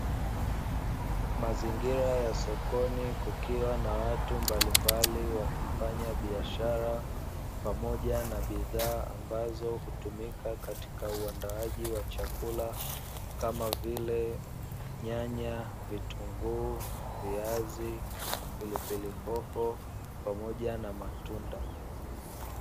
Mazingira ya sokoni kukiwa na watu mbalimbali wakifanya biashara, pamoja na bidhaa ambazo hutumika katika uandaaji wa chakula kama vile nyanya, vitunguu, viazi, pilipili hoho pamoja na matunda.